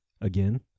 again